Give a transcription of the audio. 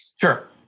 Sure